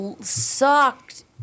sucked